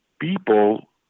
people